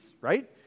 right